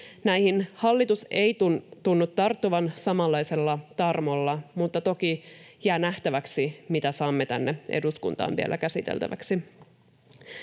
Näihin hallitus ei tunnu tarttuvan samanlaisella tarmolla, mutta toki jää nähtäväksi, mitä saamme tänne eduskuntaan vielä käsiteltäväksi.